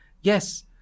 yes